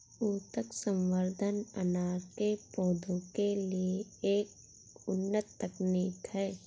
ऊतक संवर्धन अनार के पौधों के लिए एक उन्नत तकनीक है